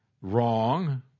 wrong